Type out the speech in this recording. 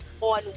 on